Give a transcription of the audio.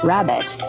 Rabbit